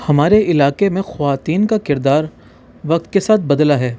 ہمارے علاقے میں خواتین کا کردار وقت کے ساتھ بدلا ہے